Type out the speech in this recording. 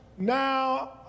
Now